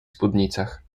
spódnicach